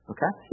Okay